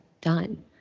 done